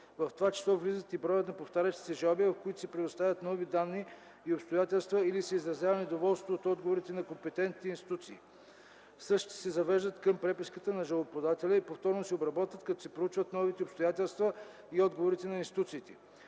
В това число влиза и броят на повтарящите се жалби, в които се предоставят нови данни и обстоятелства, или се изразява недоволство от отговорите на компетентните институции. Същите се завеждат към преписката на жалбоподателя и повторно се обработват, като се проучват новите обстоятелства и отговорите на институциите.